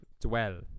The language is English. dwell